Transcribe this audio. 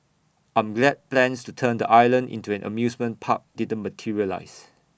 I'm glad plans to turn the island into an amusement park didn't materialise